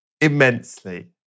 immensely